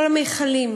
כל המכלים,